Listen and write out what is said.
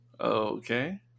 Okay